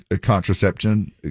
contraception